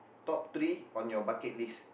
top three on your bucket list